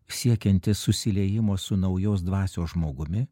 siekiantis susiliejimo su naujos dvasios žmogumi